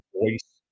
voice